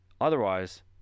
otherwise